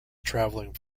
travelling